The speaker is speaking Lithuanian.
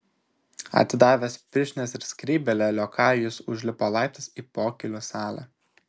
atidavęs pirštines ir skrybėlę liokajui jis užlipo laiptais į pokylių salę